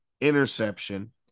interception